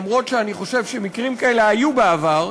אף שאני חושב שמקרים כאלה היו בעבר.